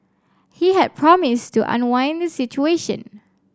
he had promised to unwind the situation